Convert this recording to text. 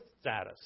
status